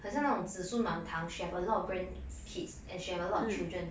很像那种子孙满堂 she have a lot of grandkids and she have a lot of children